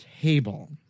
table